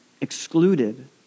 excluded